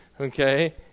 Okay